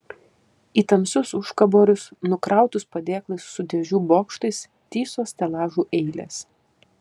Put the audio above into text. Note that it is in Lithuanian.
į tamsius užkaborius nukrautus padėklais su dėžių bokštais tįso stelažų eilės